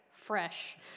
fresh